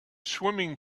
swimming